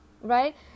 right